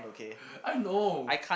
I know